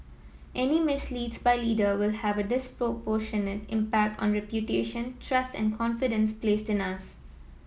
any misdeeds by leader will have a disproportionate impact on reputation trust and confidence placed in us